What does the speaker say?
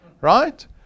Right